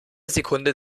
sekunde